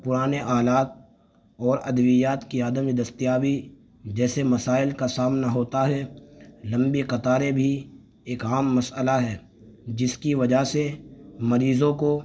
پرانے آلات اور ادویات کی عدم دستیابی جیسے مسائل کا سامنا ہوتا ہے لمبی قطاریں بھی ایک عام مسئلہ ہے جس کی وجہ سے مریضوں کو